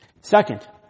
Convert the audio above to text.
Second